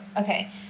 Okay